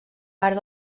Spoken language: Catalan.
part